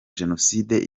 jenoside